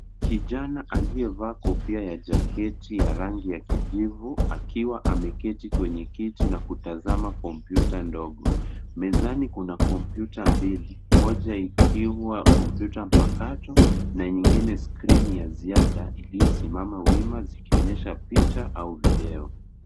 Kijana aliyevaa kofia ya jaketi ya rangi ya kijivu akiwa ameketi kwenye kiti na kutazama kompyuta ndogo. Mezani kuna kompyuta mbili, moja ikiwa kompyuta mpakato na nyingine skrini ya ziada iliyosimama wima zikionyesha picha au video.